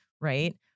Right